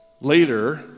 later